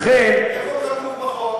איפה כתוב בחוק?